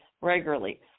regularly